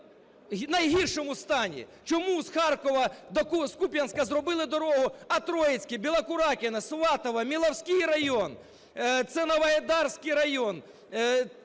Чому з Харкова до Куп'янська зробили дорогу, а Троїцьке, Білокуракине, Сватове, Міловський район, це Новоайдарський район,